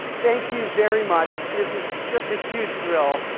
thank you very much. this is just a huge thrill.